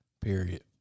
Period